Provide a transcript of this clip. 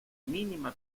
mínima